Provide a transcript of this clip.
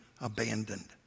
abandoned